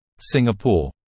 Singapore